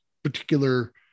particular